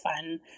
fun